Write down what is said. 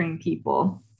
people